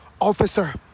officer